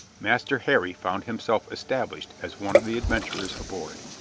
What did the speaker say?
master harry found himself established as one of the adventurers aboard.